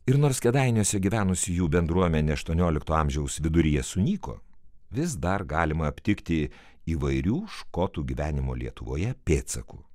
ir nors kėdainiuose gyvenusi jų bendruomenė aštuoniolikto amžiaus viduryje sunyko vis dar galima aptikti įvairių škotų gyvenimo lietuvoje pėdsakų